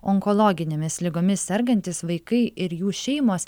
onkologinėmis ligomis sergantys vaikai ir jų šeimos